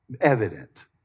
evident